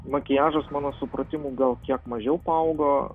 makiažas mano supratimu gal kiek mažiau paaugo